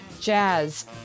jazz